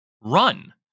run